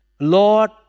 Lord